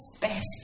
best